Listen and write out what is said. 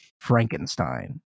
Frankenstein